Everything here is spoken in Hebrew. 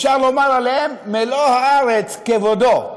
אפשר לומר עליהם: מלוא הארץ כבודו,